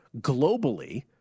globally –